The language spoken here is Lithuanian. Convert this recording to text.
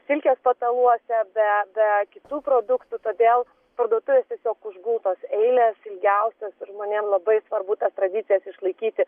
silkės pataluose be be kitų produktų todėl parduotuvės tiesiog užgultos eilės ilgiausios ir žmonėm labai svarbu tas tradicijas išlaikyti